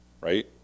right